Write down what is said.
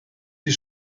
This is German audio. die